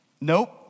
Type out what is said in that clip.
Nope